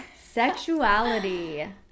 Sexuality